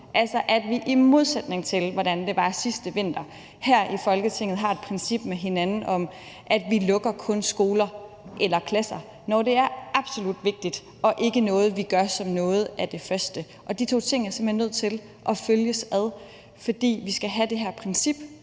altså at vi, i modsætning til hvordan det var sidste vinter, her i Folketinget har et princip med hinanden om, at vi kun lukker skoler og klasser, når det er absolut vigtigt, og at det ikke er noget, vi gør som noget af det første. De to ting er simpelt hen nødt til at følges ad, fordi vi skal have det her princip